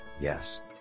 yes